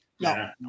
No